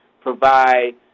provide